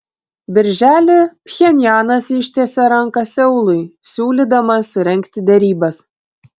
birželį pchenjanas ištiesė ranką seului siūlydamas surengti derybas